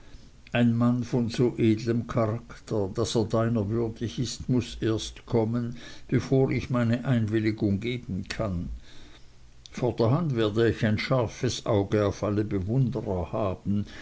ein mann von so edlem charakter daß er deiner würdig ist muß erst kommen bevor ich meine einwilligung geben kann vorderhand werde ich ein scharfes auge auf alle bewunderer haben